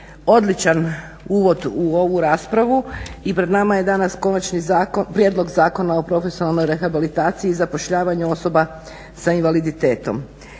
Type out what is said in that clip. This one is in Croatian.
odličan uvod u ovu raspravu i pred nama je dana Konačni prijedlog Zakona o profesionalnoj rehabilitaciji i zapošljavanju osoba sa invaliditetom.